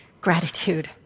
gratitude